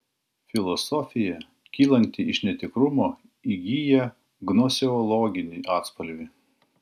filosofija kylanti iš netikrumo įgyja gnoseologinį atspalvį